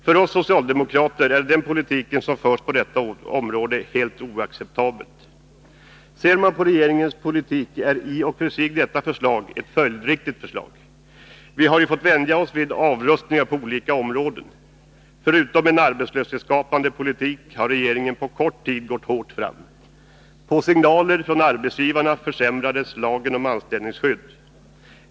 För oss socialdemokrater är den politik som förs på detta område helt oacceptabel. Ser man på regeringens politik är i och för sig detta förslag ett följdriktigt förslag. Vi har ju nu fått vänja oss vid avrustningar på olika områden. Förutom sin arbetslöshetsskapande politik har regeringen nu på kort tid gått hårt fram även i andra sammanhang. På signaler från arbetsgivarna försämrades lagen om anställningsskydd.